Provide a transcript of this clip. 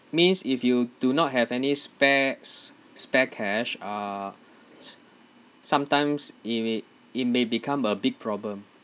means if you do not have any spares spare cash uh s~ sometimes if it it may become a big problem